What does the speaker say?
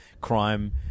crime